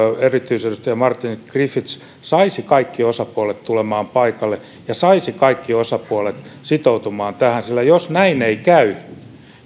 erityisedustaja martin griffiths saisi kaikki osapuolet tulemaan paikalle ja saisi kaikki osapuolet sitoutumaan tähän sillä jos näin ei käy